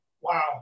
Wow